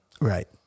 Right